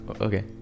okay